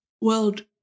world